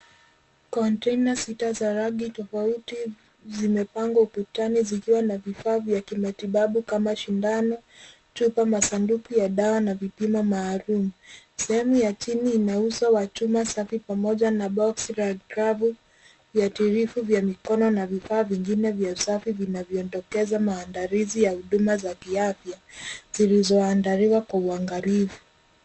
Container sita za rangi tofauti zimepangwa ukutani zikiwa na vifaa vya kimatibabu kama shindano, chupa na sanduku ya dawa ya vipimo maalum. Sehemu ya chini ina uso wa chuma safi pamoja na boksi la glavu viatilifu vya mikono na vifaa vingine vya usafi vinavyodokeza maandalizi ya huduma za afya zilizoandaliwa kwa uangalifu.